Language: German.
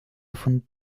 von